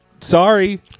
Sorry